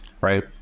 right